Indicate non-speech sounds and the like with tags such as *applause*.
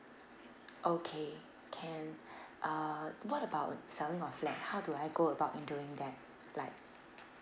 okay can *breath* uh what about selling of flat how do I go about in doing that like